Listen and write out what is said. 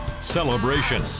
celebration